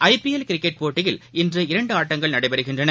IPL cricket போட்டியில் இன்று இரண்டுஆட்டங்கள் நடைபெறுகின்றன